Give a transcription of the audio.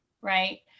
right